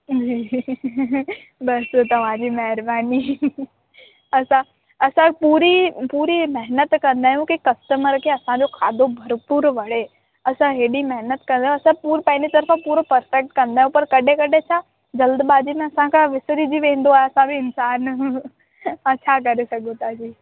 जी बसि तव्हांजी महिरबानी असां असां पूरी पूरी महिनत कंदा आहियूं की कस्टमर खे असांजो खाधो भरपूरि वणे असां हेॾी महिनत कंदा असां पूर तरफ़ा पूरो पर्फ़ेक्ट कंदा आहियूं पर कॾहिं कॾहिं असां जल्दबाज़ी में असां खां विसिरजी वेंदो आहे असां बि इंसान हाणे छा करे सघूं था जी